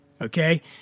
Okay